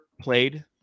played